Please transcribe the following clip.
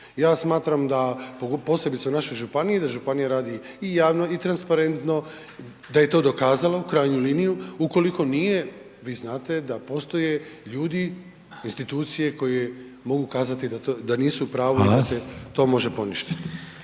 ja smatram da, posebice u našoj županiji, da županija radi i javno i transparentno, da je to dokazalo u krajnju liniju, ukoliko nije, vi znate da postoje ljudi, institucije koje mogu kazati da nisu u pravu…/Upadica: Hvala/…da se to može poništiti.